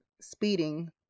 speeding